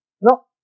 No